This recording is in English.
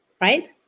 right